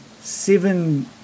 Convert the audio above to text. seven